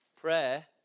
Prayer